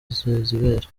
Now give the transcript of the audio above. sezibera